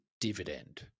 dividend